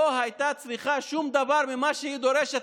לא הייתה צריכה שום דבר ממה שהיא דורשת